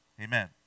Amen